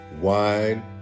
wine